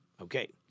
Okay